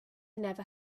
never